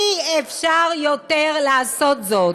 אי-אפשר יותר לעשות זאת.